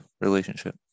relationship